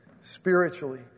spiritually